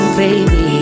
baby